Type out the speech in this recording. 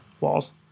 walls